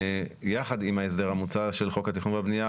יחד עם ההסדר המוצע של חוק התכנון והבנייה,